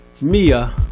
Mia